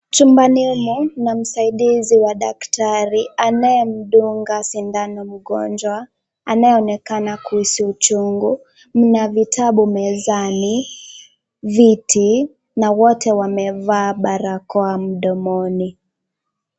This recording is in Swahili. Chumba hilo lina msaidizi wa daktari, anayemdunga sindano mgonjwa, anayeonekana kuhisiuchungu. Mna vitabu mezani, viti na wote wamevaa barakoa mdomoni.